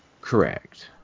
Correct